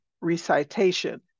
recitation